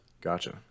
Gotcha